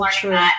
true